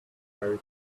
fairy